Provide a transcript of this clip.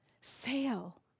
sail